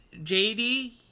JD